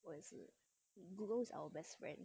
我也是 google is our best friend